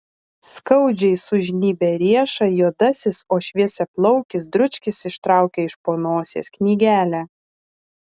skaudžiai sužnybia riešą juodasis o šviesiaplaukis dručkis ištraukia iš po nosies knygelę